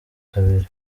kabiri